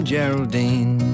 Geraldine